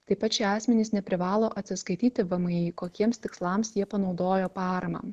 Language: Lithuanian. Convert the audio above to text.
taip pat šie asmenys neprivalo atsiskaityti vmi kokiems tikslams jie panaudojo paramą